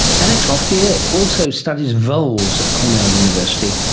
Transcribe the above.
alex ophir also studies voles at cornell university,